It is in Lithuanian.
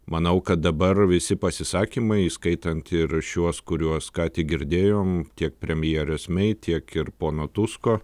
manau kad dabar visi pasisakymai įskaitant ir šiuos kuriuos ką tik girdėjom tiek premjerės mei tiek ir pono tusko